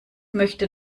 möchte